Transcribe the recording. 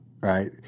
right